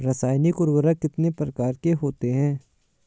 रासायनिक उर्वरक कितने प्रकार के होते हैं?